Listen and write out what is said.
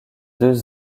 deux